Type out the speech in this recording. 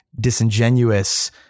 disingenuous